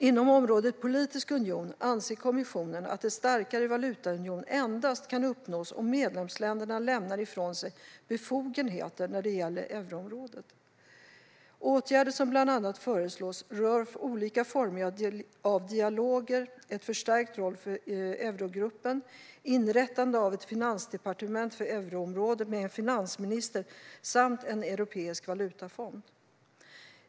Inom det område som rör en politisk union anser kommissionen att en starkare valutaunion endast kan uppnås om medlemsländerna lämnar ifrån sig befogenheter när det gäller euroområdet. Åtgärder som föreslås rör bland annat olika former av dialoger, en förstärkt roll för Eurogruppen, inrättandet av ett finansdepartement för euroområdet, med en finansminister, samt en europeisk valutafond.